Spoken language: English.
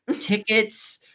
tickets